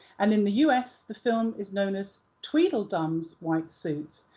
and in the us, the film is known as tweedledum's white suit.